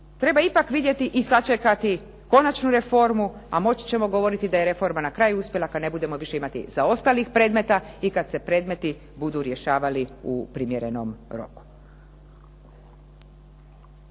Treba ipak vidjeti i sačekati konačnu reformu, a moći ćemo govoriti da je reforma na kraju uspjela kada ne budemo više imali zaostalih predmeta i kada se predmeti budu rješavali u primjerenom roku.